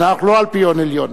אבל אנחנו לא אלפיון עליון.